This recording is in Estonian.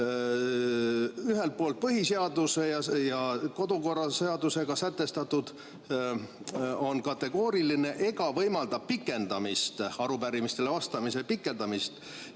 ühelt poolt on põhiseaduse ja kodukorraseadusega sätestatu kategooriline ega võimalda pikendamist – arupärimistele vastamise pikendamist